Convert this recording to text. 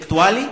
ואינטלקטואלי?